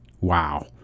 Wow